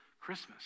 Christmas